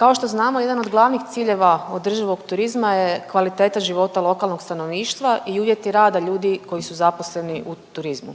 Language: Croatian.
Kao što znamo jedan od glavnih ciljeva održivog turizma je kvaliteta života lokalnog stanovništva i uvjeti rada ljudi koji su zaposleni u turizmu.